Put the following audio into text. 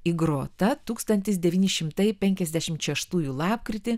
įgrota tūkstantis devyni šimtai penkiasdešimt šeštųjų lapkritį